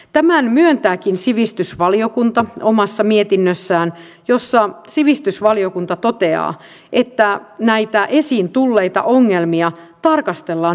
tämän myöntääkin sivistysvaliokunta omassa mietinnössään jossa sivistysvaliokunta toteaa että näitä esiin tulleita ongelmia tarkastellaan myöhemmin